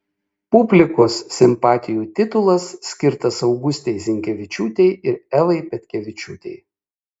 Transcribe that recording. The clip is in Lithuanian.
publikos simpatijų titulas skirtas augustei zinkevičiūtei ir evai petkevičiūtei